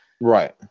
Right